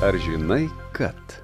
ar žinai kad